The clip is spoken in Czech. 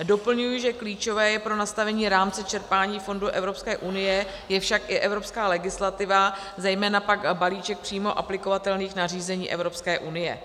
Doplňuji, že klíčová pro nastavení rámce čerpání fondů Evropské unie je však i evropská legislativa, zejména pak balíček přímo aplikovatelných zařízení Evropské unie.